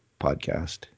podcast